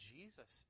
Jesus